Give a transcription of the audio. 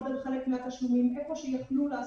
האוכלוסייה שנפגעה פה היא לא רק מהשכבות החלשות,